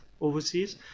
overseas